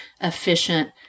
efficient